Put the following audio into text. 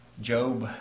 Job